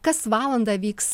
kas valandą vyks